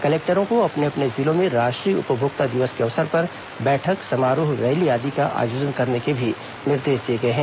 कलेक्टरों को अपने अपने जिलों में राष्ट्रीय उपभोक्ता दिवस के अवसर पर बैठक समारोह रैली आदि का आयोजन करने के भी निर्देश दिए गए हैं